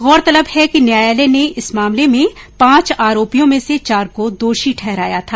गौरतलब है कि न्यायालय ने इस मामले में पांच आरोपियों में से चार को दोषी ठहराया था